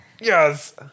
Yes